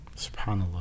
SubhanAllah